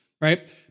right